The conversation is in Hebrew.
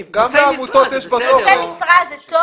נושא משרה, זה טוב?